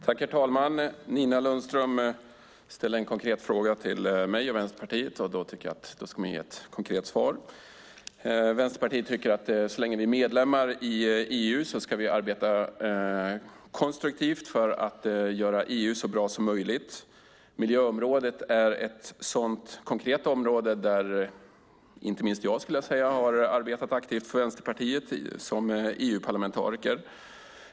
Herr talman! Nina Lundström ställde en konkret fråga till mig och Vänsterpartiet. Då tycker jag att man ska ge ett konkret svar. Vänsterpartiet tycker att så länge vi är medlemmar i EU ska vi arbeta konstruktivt för att göra EU så bra som möjligt. Miljöområdet är ett sådant konkret område där inte minst jag har arbetat aktivt för Vänsterpartiet som EU-parlamentariker.